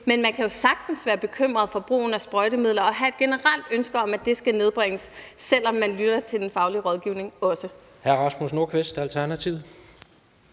Men man kan jo sagtens være bekymret for brugen af sprøjtemidler og have et generelt ønske om, at det skal nedbringes, selv om man lytter til den faglige rådgivning også.